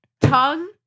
tongue